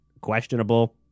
questionable